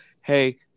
hey